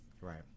right